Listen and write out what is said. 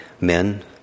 Men